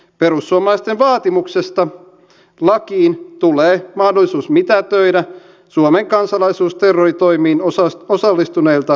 perussuomalaisten vaatimuksesta lakiin tulee mahdollisuus mitätöidä suomen kansalaisuus terroritoimiin osallistuneilta kaksoiskansalaisilta